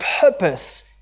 purpose